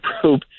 probe